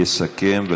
יסכם.